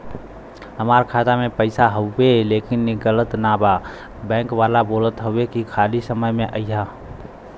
हमार खाता में पैसा हवुवे लेकिन निकलत ना बा बैंक वाला बोलत हऊवे की खाली समय में अईहा